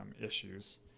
issues